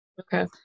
Okay